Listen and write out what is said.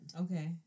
Okay